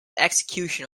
execution